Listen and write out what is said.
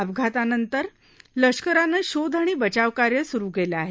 अपघातानंतर लष्करानं शोध आणि बचावकार्य सुरु केलं आहे